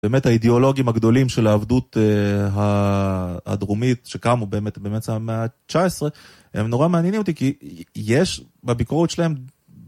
באמת האידיאולוגים הגדולים של העבדות הדרומית שקמו באמת במאצע המאה התשע עשרה הם נורא מעניינים אותי כי יש בביקורת שלהם